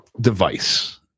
device